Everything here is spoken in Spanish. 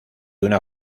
una